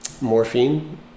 morphine